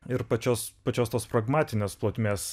ir pačios pačios tos pragmatinės plotmės